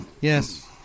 Yes